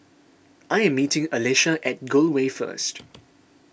I am meeting Alesha at Gul Way first